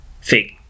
fake